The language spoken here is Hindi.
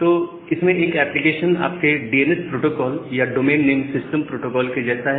तो इसमें एक एप्लीकेशन आपके डीएनएस प्रोटोकॉल या डोमेन नेम सिस्टम प्रोटोकॉल के जैसा है